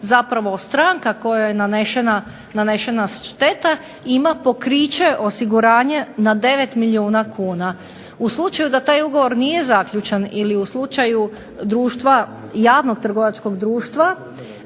zapravo stranka kojoj je nanešena šteta, ima pokriće, osiguranje na 9 milijuna kuna. U slučaju da taj ugovor nije zaključen ili u slučaju javnog trgovačkog društva,